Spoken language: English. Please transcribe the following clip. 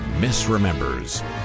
misremembers